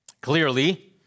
Clearly